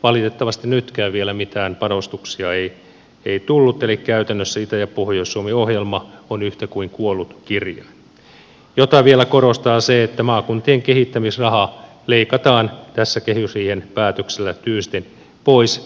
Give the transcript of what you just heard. valitettavasti nytkään vielä mitään panostuksia ei tullut eli käytännössä itä ja pohjois suomi ohjelma on yhtä kuin kuollut kirjain jota vielä korostaa se että maakuntien kehittämisrahaa leikataan tässä kehysriihen päätöksellä tyystin pois